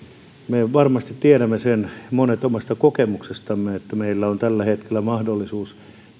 me varmasti tiedämme sen monet omasta kokemuksestamme että meillä on tällä hetkellä sellainen mahdollisuus